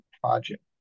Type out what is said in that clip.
project